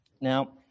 Now